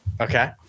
Okay